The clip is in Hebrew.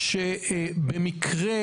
שבמקרה